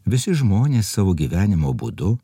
visi žmonės savo gyvenimo būdu